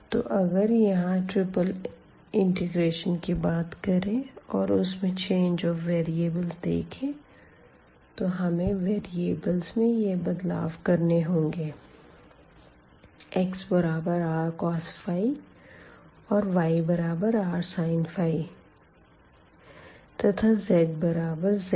तो अगर यहाँ ट्रिपल इंटेग्रेशन की बात करें और उसमे चेंज ऑफ वेरीअबल्ज़ देखें तो हमें वेरिएबल्स में यह बदलाव करने होंगे xrcos और yrsin तथा z बराबर z